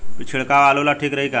छिड़काव आलू ला ठीक रही का?